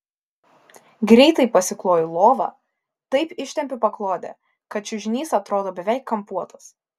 greitai pasikloju lovą taip ištempiu paklodę kad čiužinys atrodo beveik kampuotas